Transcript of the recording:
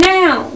now